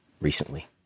recently